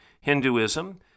Hinduism